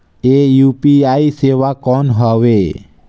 ये यू.पी.आई सेवा कौन हवे?